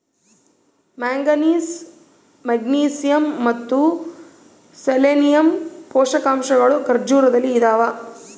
manganese magnesium ಮತ್ತು selenium ಪೋಷಕಾಂಶಗಳು ಖರ್ಜೂರದಲ್ಲಿ ಇದಾವ